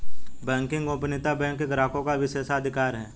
banking गोपनीयता bank के ग्राहकों का विशेषाधिकार है